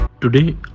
Today